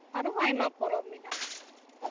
ᱟᱨᱚ ᱟᱭᱢᱟ ᱯᱚᱨᱚᱵ ᱢᱮᱱᱟᱜᱼᱟ